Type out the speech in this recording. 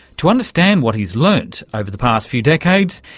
to understand what he's learnt over the past few decades,